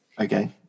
Okay